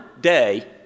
day